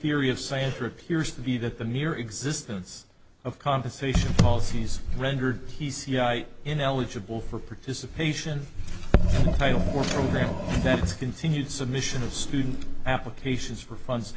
theory of science or appears to be that the mere existence of compensation policies rendered p c i ineligible for participation title or program that's continued submission of student applications for funds